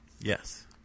Yes